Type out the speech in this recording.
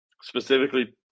specifically